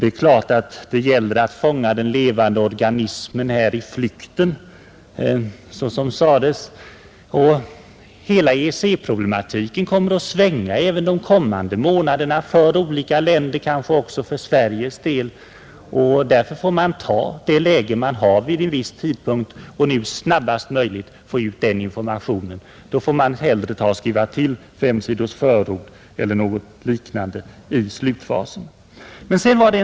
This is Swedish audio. Det är givet att det delvis gäller att fånga den levande organismen i flykten, såsom sades. Men EEC problematiken kommer att svänga även de kommande månaderna för olika länder, kanske också för Sveriges del. Därför måste man utgå från det läge man har vid en viss tidpunkt och så snabbt som möjligt få ut den informationen. Händer något nytt får man hellre skriva till fem sidors förord eller något liknande i slutfasen av bokens färdigställande.